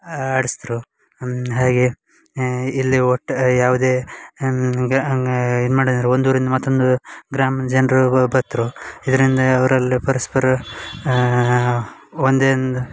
ಆಡಿಸ್ತ್ರು ಅನ್ ಹಾಗೆ ಇಲ್ಲಿ ಒಟ್ಟು ಯಾವುದೇ ಹಂಗ ಹಂಗ ಇದು ಮಾಡೋದ್ ಅಂದ್ರೆ ಒಂದು ಊರಿಂದ ಮತ್ತೊಂದು ಗ್ರಾಮ್ದ ಜನರು ಬತ್ರು ಇದರಿಂದ ಅವರೆಲ್ಲ ಪರಸ್ಪರ ಒಂದೇ ಅಂದು